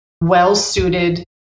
well-suited